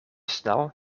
snel